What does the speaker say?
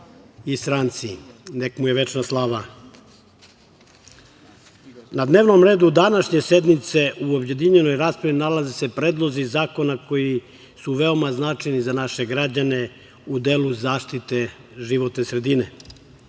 i stranci. Neka mu je večna slava. Na dnevnom redu današnje sednice u objedinjenoj raspravi nalaze se predlozi zakona koji su veoma značajni za naše građane u delu zaštite životne sredine,